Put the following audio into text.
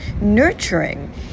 nurturing